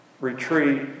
retreat